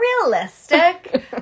realistic